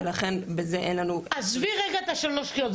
ולכן בזה אין לנו --- עזבי רגע את שלוש הקריאות,